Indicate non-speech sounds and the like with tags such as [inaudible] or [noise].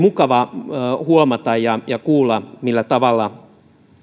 [unintelligible] mukava huomata ja ja kuulla millä tavalla